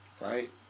right